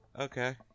Okay